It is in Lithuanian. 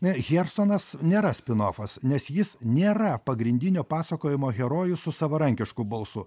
ne chersonas nėra spinofas nes jis nėra pagrindinio pasakojimo herojus su savarankišku balsu